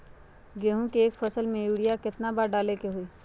गेंहू के एक फसल में यूरिया केतना बार डाले के होई?